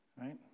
Right